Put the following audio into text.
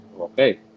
Okay